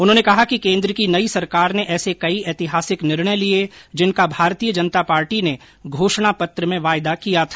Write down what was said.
उन्होंने कहा कि केन्द्र की नई सरकार ने ऐसे कई ऐतिहासिक निर्णय लिए जिनका भारतीय जनता पार्टी ने घोषणा पत्र में वायदा किया था